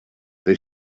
they